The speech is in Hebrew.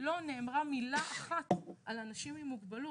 ולא נאמרה מילה אחת על אנשים עם מוגבלות.